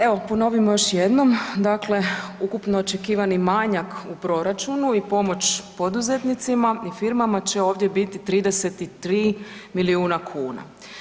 Evo, ponovimo još jednom, dakle ukupno očekivani manjak u proračunu i pomoć poduzetnicima i firmama će ovdje biti 33 milijuna kuna.